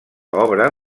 obra